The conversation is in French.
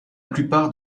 plupart